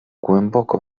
głęboko